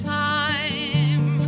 time